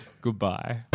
goodbye